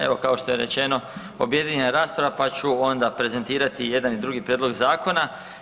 Evo, kao što je rečeno, objedinjena rasprava pa ću onda prezentirati jedan i drugi prijedlog zakona.